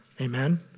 Amen